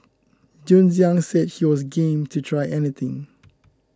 Jun Xiang said he was game to try anything